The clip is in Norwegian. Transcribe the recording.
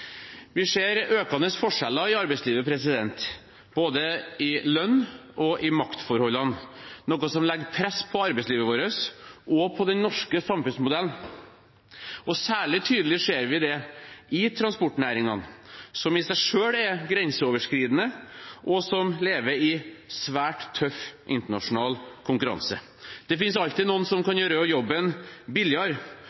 Vi ser økende forskjeller i arbeidslivet, både i lønn og i maktforhold, noe som legger press på arbeidslivet vårt og den norske samfunnsmodellen. Særlig tydelig ser vi dette i transportnæringene, som i seg selv er grenseoverskridende, og som lever i en svært tøff internasjonal konkurranse. Det finnes alltid noen som kan